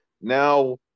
now